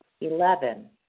Eleven